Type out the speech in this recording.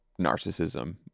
narcissism